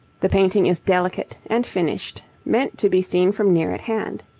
the painting is delicate and finished, meant to be seen from near at hand.